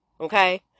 okay